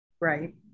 right